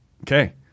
Okay